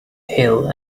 hill